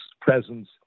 presence